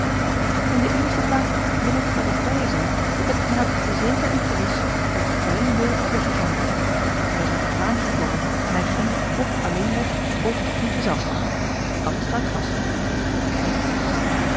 in de eerste plaats wil ik je er op wijzen dat de knaap zeker en gewis uit vrijen wil is weggegaan hij is uit het raam geklommen en hij ging of alleen weg of in gezelschap dat staat vast ik knikte